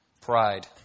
pride